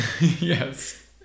Yes